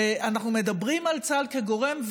אנחנו מדברים על צה"ל כגורם,